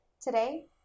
Today